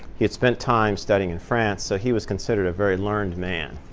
he had spent time studying in france, so he was considered a very learned man.